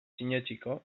sinetsiko